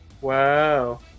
Wow